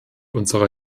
unserer